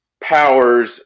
powers